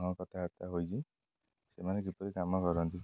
ହଁ କଥାବାର୍ତ୍ତା ହୋଇଛି ସେମାନେ କିପରି କାମ କରନ୍ତି